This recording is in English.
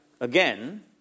again